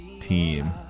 team